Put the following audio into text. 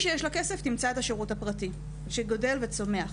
מי שיש לה כסף תמצא את השירות הפרטי שגדל וצומח,